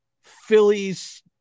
Phillies